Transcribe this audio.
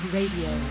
Radio